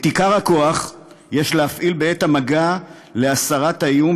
את עיקר הכוח יש להפעיל בעת המגע להסרת האיום,